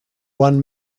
one